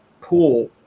pool